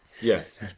Yes